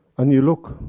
and you look,